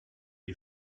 les